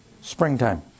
springtime